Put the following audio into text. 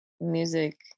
music